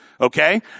Okay